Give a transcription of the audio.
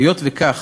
היות שכך,